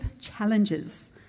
challenges